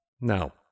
Now